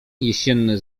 jesienny